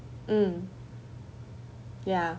mm ya